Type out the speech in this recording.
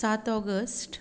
सात ऑगस्ट